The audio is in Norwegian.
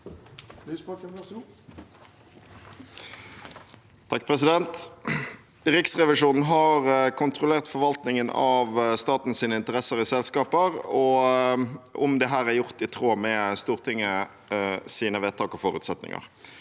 sa- ken): Riksrevisjonen har kontrollert forvaltningen av statens interesser i selskaper, og om dette er gjort i tråd med Stortingets vedtak og forutsetninger.